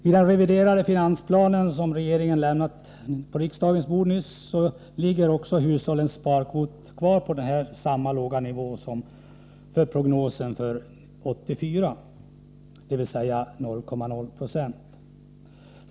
I den reviderade finansplanen, som regeringen nyss lämnade på riksdagens bord, ligger hushållens sparkvot kvar på samma låga nivå som i prognosen för 1984, dvs. 0,0 20.